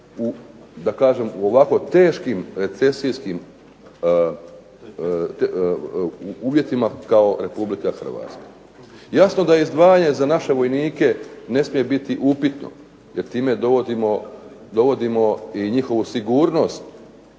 koje su u ovako teškim recesijskim uvjetima kao Republika Hrvatska. Jasno da izdvajanje za naše vojnike ne smije biti upitno, jer time dovodimo i njihovu sigurnost